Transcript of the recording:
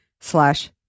slash